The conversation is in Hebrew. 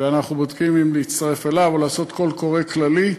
ואנחנו בודקים אם להצטרף אליו או לעשות "קול קורא" כללי.